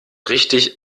richtig